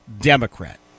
Democrat